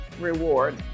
reward